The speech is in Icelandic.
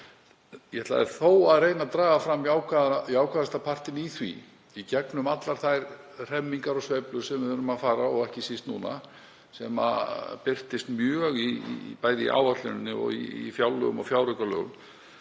Ég ætla þó að reyna að draga fram jákvæðasta partinn í því. Í gegnum allar þær hremmingar og sveiflur sem við urðum að fara í og ekki síst núna, sem birtist mjög bæði í áætluninni og í fjárlögum og fjáraukalögum,